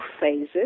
phases